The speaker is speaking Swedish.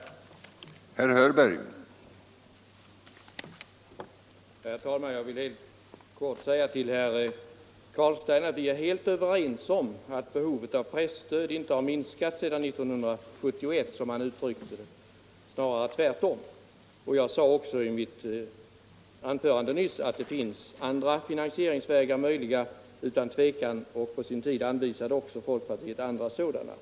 Skatten på annon ser och reklam Skatten på annon ser och reklam 160